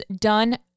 done